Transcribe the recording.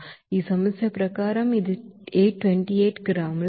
ఈ సమస్య ప్రకారం ఇది 828 గ్రాముల నీరు